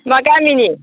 मा गामिनि